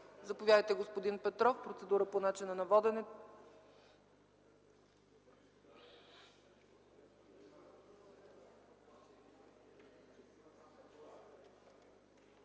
Заповядайте, господин Петров – процедура по начина на водене.